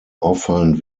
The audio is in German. auffallend